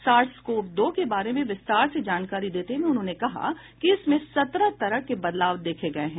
SARS CoV दो के बारे में विस्तार से जानकारी देते हुए उन्होंने कहा कि इसमें सत्रह तरह के बदलाव देखे गये हैं